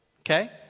Okay